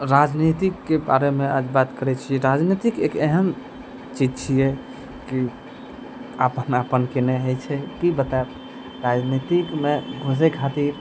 राजनीतिकके बारेमे आज बात करै छियै राजनीतिक एक एहेन चीज छियै कि अपन अपन केने होइ छै की बतएब राजनीतिकमे घुसै खातिर